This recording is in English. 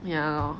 ya lor